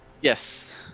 Yes